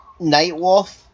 Nightwolf